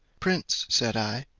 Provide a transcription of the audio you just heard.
prince, said i,